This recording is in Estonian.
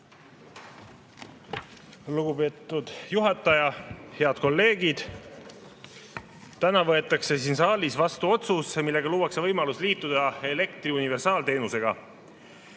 Lugupeetud juhataja! Head kolleegid! Täna võetakse siin saalis vastu otsus, millega luuakse võimalus liituda elektri universaalteenusega.